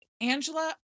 Angela